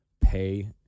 pay